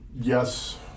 yes